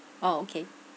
oh okay